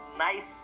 nice